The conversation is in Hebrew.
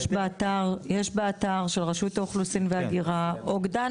יש היום באתר של רשות האוכלוסין וההגירה אוגדן